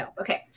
Okay